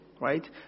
right